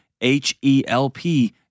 H-E-L-P